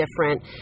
different